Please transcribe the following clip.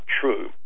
true